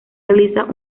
realiza